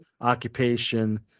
occupation